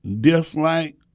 dislike